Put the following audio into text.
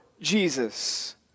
Jesus